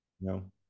No